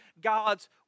God's